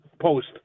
post